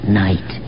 night